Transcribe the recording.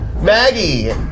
Maggie